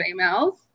emails